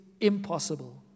impossible